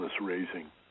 raising